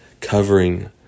covering